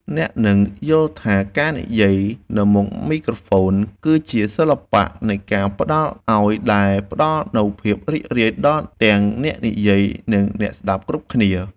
អ្នកនឹងយល់ថាការនិយាយនៅមុខមីក្រូហ្វូនគឺជាសិល្បៈនៃការផ្តល់ឱ្យដែលផ្តល់នូវភាពរីករាយដល់ទាំងអ្នកនិយាយ និងអ្នកស្តាប់គ្រប់គ្នា។